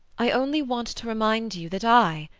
i only want to remind you that i,